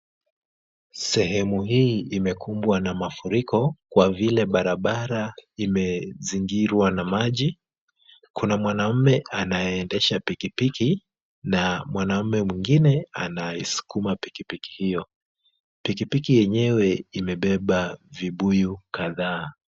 Sehemu hii imekumbwa na mafuriko kwa vile barabara imezingirwa na maji. Kuna mwanaume anayeendesha piki piki na mwanaume mwingine anaisukuma pikipiki hiyo. Piki piki yenyewe imebeba vibuyu kadhaa.